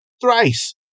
thrice